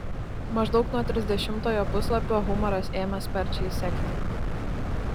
maždaug nuo trisdešimtojo puslapio humoras ėmė sparčiai sekti